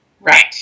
Right